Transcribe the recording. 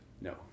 No